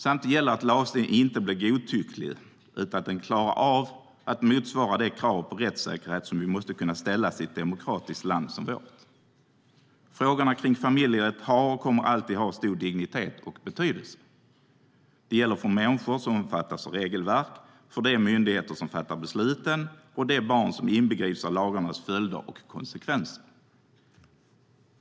Samtidigt gäller det att lagstiftningen inte blir godtycklig utan att den klarar av att motsvara de krav på rättssäkerhet som måste kunna ställas i ett demokratiskt land som vårt. Frågorna kring familjerätt har och kommer alltid att ha stor dignitet och betydelse. Det gäller för de människor som omfattas av regelverken, för de myndigheter som fattar besluten och för de barn som inbegrips av lagarnas följder och konsekvenser.